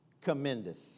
commendeth